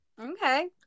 okay